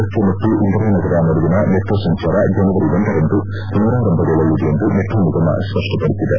ರಸ್ತೆ ಮತ್ತು ಇಂದಿರಾ ನಗರ ನಡುವಿನ ಮೆಟ್ರೋ ಸಂಚಾರ ಜನವರಿ ಒಂದರಂದು ಪುನರರಾಂಭಗೊಳ್ಳಲಿದೆ ಎಂದು ಮೆಟ್ರೋ ನಿಗಮ ಸ್ಪಪ್ಟಪಡಿಸಿದೆ